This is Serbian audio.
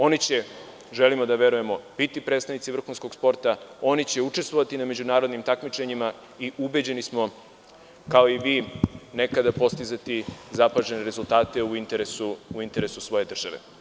Oni će, želimo da verujemo, biti predstavnici vrhunskog sporta, oni će učestvovati na međunarodnim takmičenjima i ubeđeni smo, kao i vi, nekada postizati zapažene rezultate u interesu svoje države.